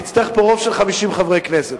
נצטרך פה רוב של 50 חברי כנסת.